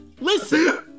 listen